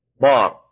mom